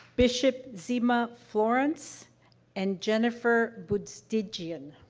bishop zema florence and jennifer bustegian.